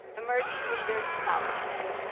emerging leader scholarship.